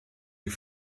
die